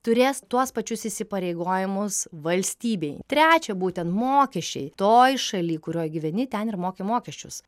turės tuos pačius įsipareigojimus valstybei trečia būtent mokesčiai toj šaly kurioj gyveni ten ir moki mokesčius